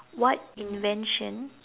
what invention